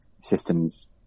systems